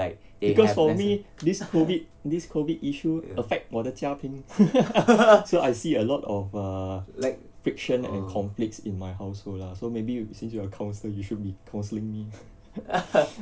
because for me this COVID this COVID issue affect 我的家庭 so I see a lot of err friction and conflicts in my household lah so maybe you since you are a counsel you should be counselling me